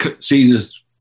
Caesars